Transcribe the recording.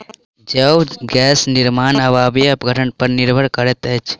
जैव गैस निर्माण अवायवीय अपघटन पर निर्भर करैत अछि